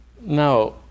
Now